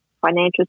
financial